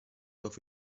doch